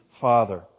Father